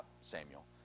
Samuel